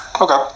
Okay